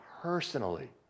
personally